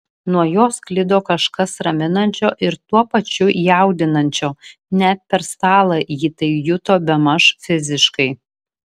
nuo jo sklido kažkas raminančio ir tuo pačiu jaudinančio net per stalą ji tai juto bemaž fiziškai